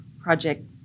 project